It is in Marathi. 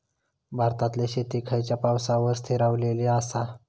भारतातले शेती खयच्या पावसावर स्थिरावलेली आसा?